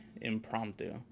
impromptu